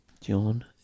John